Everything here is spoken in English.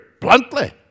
bluntly